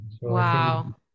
wow